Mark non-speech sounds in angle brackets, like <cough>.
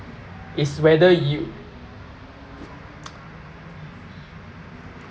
it's whether you <noise>